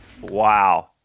Wow